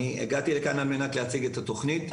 הגעתי לכאן על מנת להציג את התוכנית,